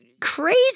crazy